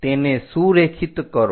તેને સુરેખિત કરો